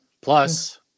Plus